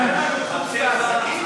אני כבר הודעתי,